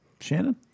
Shannon